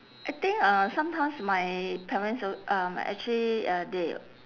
I think uh sometimes my parents al~ um actually uh they